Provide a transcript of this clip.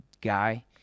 guy